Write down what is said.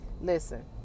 Listen